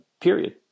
period